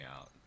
out